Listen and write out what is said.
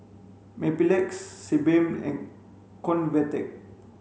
Mepilex Sebamed and Convatec